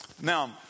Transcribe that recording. Now